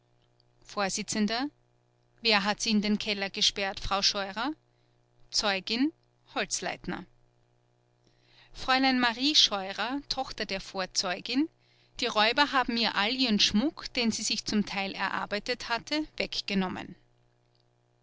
vors wer hat sie in den keller gesperrt frau scheurer zeugin holzleitner frl marie scheurer tochter der vorzeugin die räuber haben ihr all ihren schmuck den sie sich zum teil erarbeitet hatte weggenommen